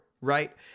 right